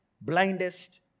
blindest